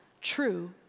true